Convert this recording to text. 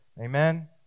Amen